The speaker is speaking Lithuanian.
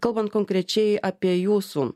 kalbant konkrečiai apie jūsų